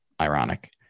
ironic